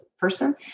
person